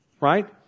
right